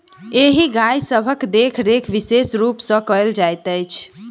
एहि गाय सभक देखरेख विशेष रूप सॅ कयल जाइत छै